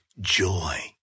joy